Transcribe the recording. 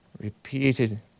repeated